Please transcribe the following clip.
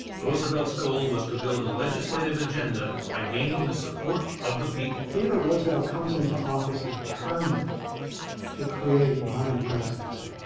roosevelt's goal was to build a legislative agenda by gaining the support of the people. theodore roosevelt comes into office determined to create a modern presidency.